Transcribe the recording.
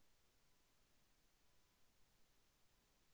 Debit bank ద్వారా ఎలా తీసుకోవాలి?